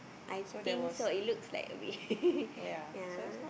I think so it looks like a bit ya